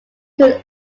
could